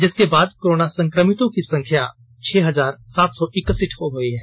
जिसके बाद कोरोना संक्रमितों की संख्या छह हजार सात सौ इकसठ हो गयी है